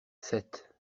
sept